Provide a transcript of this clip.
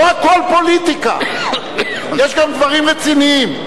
לא הכול פוליטיקה, יש גם דברים רציניים.